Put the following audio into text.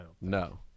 No